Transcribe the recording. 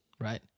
right